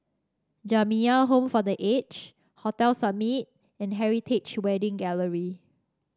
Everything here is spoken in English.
Jamiyah Home for The Aged Hotel Summit and Heritage Wedding Gallery